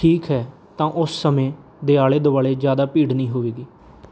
ਠੀਕ ਹੈ ਤਾਂ ਉਸ ਸਮੇਂ ਦੇ ਆਲੇ ਦੁਆਲੇ ਜ਼ਿਆਦਾ ਭੀੜ ਨਹੀਂ ਹੋਵੇਗੀ